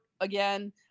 again